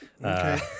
Okay